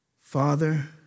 Father